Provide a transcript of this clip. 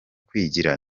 kwigira